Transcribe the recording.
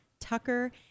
Tucker